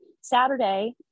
Saturday